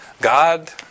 God